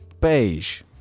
beige